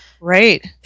Right